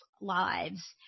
lives